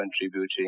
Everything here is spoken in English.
contributing